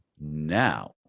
now